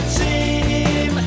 team